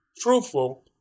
truthful